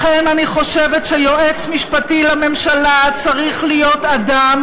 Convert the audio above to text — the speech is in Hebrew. לכן אני חושבת שיועץ משפטי לממשלה צריך להיות אדם